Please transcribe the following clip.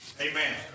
Amen